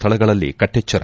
ಸ್ಥಳಗಳಲ್ಲಿ ಕಟ್ಟೆಚ್ಚರ